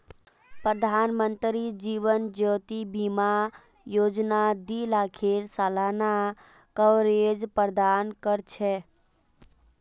प्रधानमंत्री जीवन ज्योति बीमा योजना दी लाखेर सालाना कवरेज प्रदान कर छे